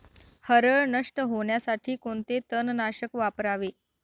हरळ नष्ट होण्यासाठी कोणते तणनाशक वापरावे?